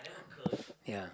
ya